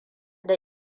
da